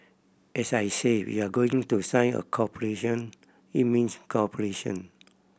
as I said we are going to sign a cooperation it means cooperation